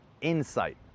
insight